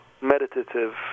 meditative